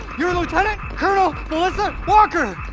you're lieutenant colonel melissa walker!